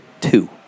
two